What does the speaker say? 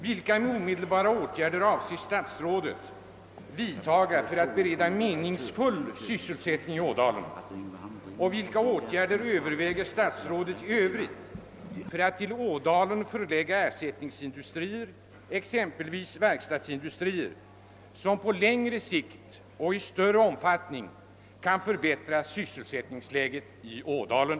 Vilka omedelbara åtgärder avser statsrådet vidtaga för att bereda meningsfull sysselsättning i Ådalen? Och vilka åtgärder överväger statsrådet i övrigt för att till Ådalen förlägga ersättningsindustrier, exempelvis verkstadsindustrier, som på längre sikt och i större omfattning kan förbättra sysselsättningsläget i Ådalen?